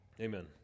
Amen